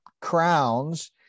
crowns